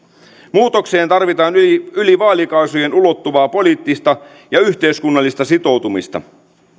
muutokseen tarvitaan yli yli vaalikausien ulottuvaa poliittista ja yhteiskunnallista sitoutumista